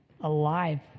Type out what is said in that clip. alive